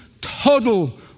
total